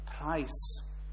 price